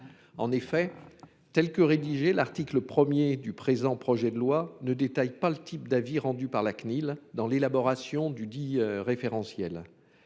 En effet, tel qu’il est rédigé, l’article 1 du présent projet de loi ne détaille pas le type d’avis rendu par la Cnil dans l’élaboration dudit référentiel.